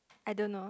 I don't know